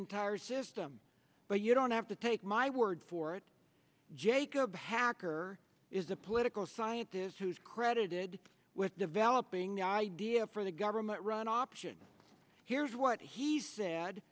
entire system but you don't have to take my word for it jacob hacker is a political scientist who is credited with developing the idea for the government run option here's what he sa